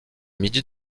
midi